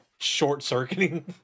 short-circuiting